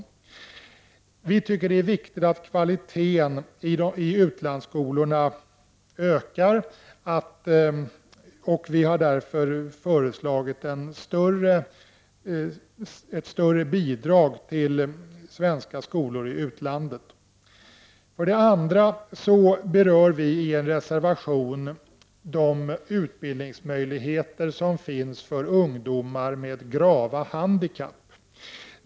Vi i folkpartiet anser att det är viktigt att kvaliteten i utlandsskolorna ökar. Vi har därför föreslagit ett större bidrag till svenska skolor i utlandet. Den andra frågan som vi tar upp i en reservation rör de utbildningsmöjligheter som finns för ungdomar med grava handikapp.